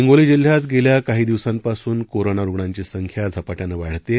हिंगोली जिल्ह्यात गेल्या काही दिवसांपासून कोरोना रुग्णांची संख्या झपाट्यानं वाढत आहे